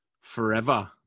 forever